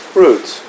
roots